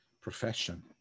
profession